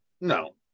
No